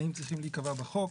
התנאים צריכים להיקבע בחוק.